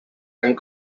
and